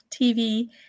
TV